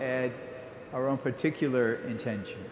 add our own particular intention